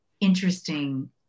interesting